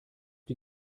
die